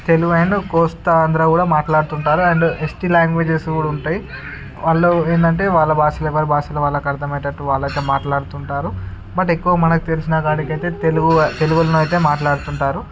Telugu and Kosta Andhra కూడా మాట్లాడుతుంటారు and ST languages కూడా ఉంటాయి వాళ్ళు ఏందంటే వాళ్ళ భాషలు ఎవరి భాషలు వాళ్ళకు అర్థమయ్యేటట్టు వాళ్ళైతే మాట్లాడుతుంటారు బట్ ఎక్కువ మనకి తెలిసిన కాడికి అయితే తెలుగు తెలుగులోనో అయితే మాట్లాడుతుంటారు